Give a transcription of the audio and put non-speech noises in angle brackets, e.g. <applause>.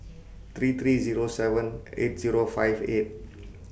three three Zero seven eight Zero five eight <noise>